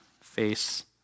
face